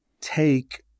take –